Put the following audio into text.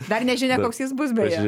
dar nežinia koks jis bus beje